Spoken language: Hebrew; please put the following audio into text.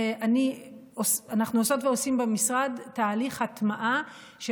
אנחנו עושות ועושים במשרד תהליך הטמעה של